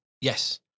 Yes